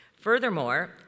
Furthermore